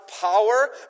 power